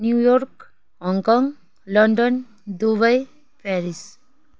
New York Hong Kong London Dubai Paris